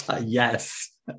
Yes